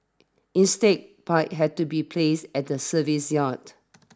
instead pipes had to be placed at the service yard